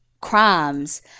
crimes